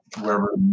wherever